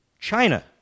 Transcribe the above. China